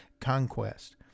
conquest